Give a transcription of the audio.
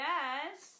Yes